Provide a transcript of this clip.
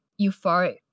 euphoric